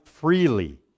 freely